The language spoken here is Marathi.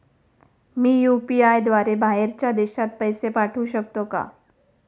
मी यु.पी.आय द्वारे बाहेरच्या देशात पैसे पाठवू शकतो का?